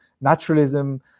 naturalism